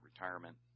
retirement